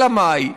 אלא מאי?